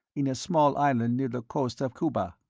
in a small island near the coast of cuba.